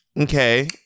Okay